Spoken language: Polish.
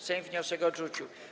Sejm wniosek odrzucił.